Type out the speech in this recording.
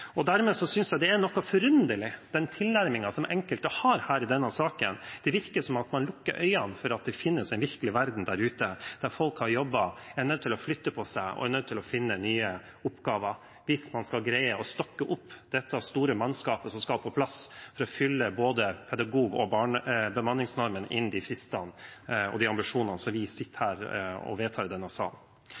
Dermed synes jeg den tilnærmingen som enkelte her har i denne saken, er noe forunderlig. Det virker som om man lukker øynene for at det finnes en virkelig verden der ute, der folk har jobber, er nødt til å flytte på seg, og er nødt til å finne nye oppgaver hvis man skal greie å stokke dette store mannskapet som skal på plass for å fylle både pedagog- og bemanningsnormen innen de fristene og de ambisjonene som vi vedtar i denne